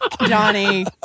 Johnny